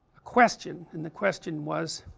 a question, and the question was